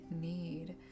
need